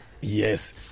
Yes